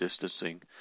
distancing